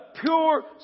pure